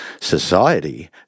society